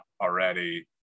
already